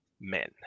men